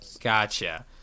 Gotcha